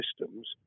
systems